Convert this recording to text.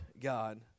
God